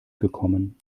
gekommen